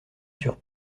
sur